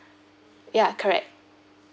ya correct